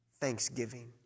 Thanksgiving